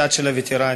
מהצד של הווטרנים.